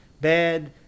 bad